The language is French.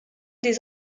des